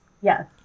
Yes